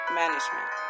management